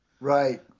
Right